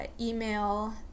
Email